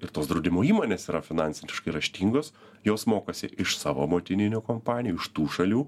ir tos draudimo įmonės yra finansiškai raštingos jos mokosi iš savo motininių kompanijų iš tų šalių